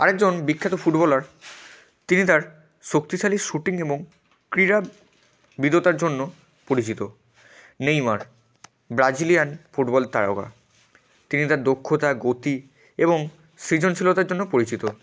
আরেকজন বিখ্যাত ফুটবলার তিনি তার শক্তিশালী শুটিং এবং ক্রীড়াবীদতার জন্য পরিচিত নেইমার ব্রাজিলিয়ান ফুটবল তারকা তিনি তার দক্ষতা গতি এবং সৃজনশীলতার জন্য পরিচিত